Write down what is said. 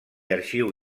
arxiu